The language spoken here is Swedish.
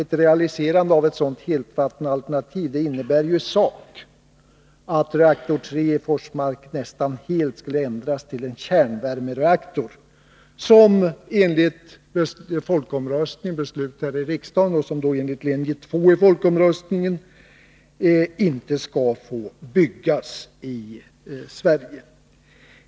Ett realiserande av detta alternativ genom hetvattenledningar från Forsmark innebär ju i sak att reaktor Forsmark 3 nästan helt skulle ändras till en kärnvärmereaktor, dvs. en typ av reaktor som enligt folkomröstningen 1980 med utgångspunkt i linje 2 och enligt beslut av riksdagen samma år inte skall få byggas i Sverige.